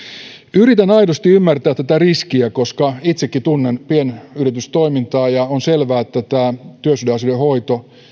yritän aidosti ymmärtää tätä riskiä koska itsekin tunnen pienyritystoimintaa ja on selvää että tämä työsuhdeasioiden hoito